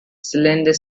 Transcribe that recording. cylinder